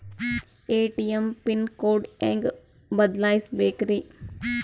ATM PIN code ಹೆಂಗ್ ಬದಲ್ಸ್ಬೇಕ್ರಿ?